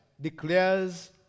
declares